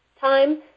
time